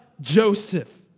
Joseph